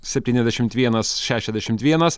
septyniasdešimt vienas šešiasdešimt vienas